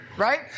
Right